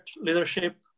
leadership